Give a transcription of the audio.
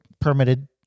permitted